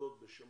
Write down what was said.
שיש כאן